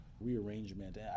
rearrangement